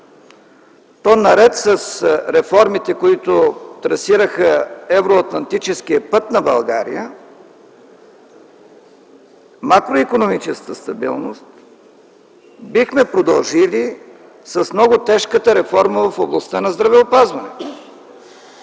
то наред с реформите, които трасираха евроатлантическия път на България, макроикономическата стабилност, бихме продължили с много тежката реформа в областта на здравеопазването,